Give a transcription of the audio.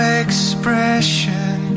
expression